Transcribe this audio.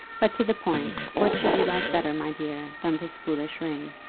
but to the point what should you like better, my dear, than this foolish ring?